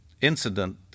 incident